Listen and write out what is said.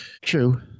True